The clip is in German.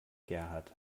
gerhard